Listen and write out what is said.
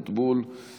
(הגבלת פעילות והוראות נוספות)